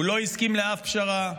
הוא לא הסכים לאף פשרה,